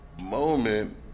moment